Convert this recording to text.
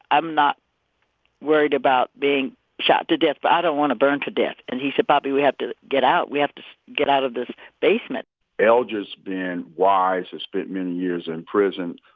i'm not worried about being shot to death, but i don't want to burn to death. and he said, bobby, we have to get out. we have to get out of this basement eldridge has been wise, has spent many years in prison,